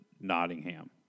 Nottingham